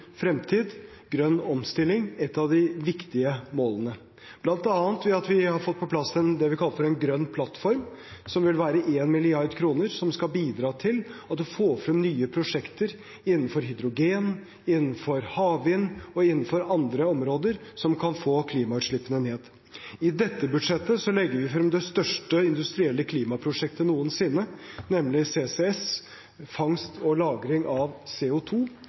fremtid – grønn omstilling – et av de viktige målene. Vi har bl.a. fått på plass det vi kaller for en grønn plattform, som vil være 1 mrd. kr, som skal bidra til at man får frem nye prosjekter innenfor hydrogen, innenfor havvind og innenfor andre områder som kan få klimautslippene ned. I dette budsjettet legger vi frem det største industrielle klimaprosjektet noensinne, nemlig CCS, fangst og lagring av